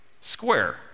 square